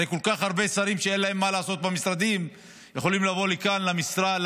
הרי כל כך הרבה שרים שאין להם מה לעשות במשרדים יכולים לבוא לכאן לכנסת,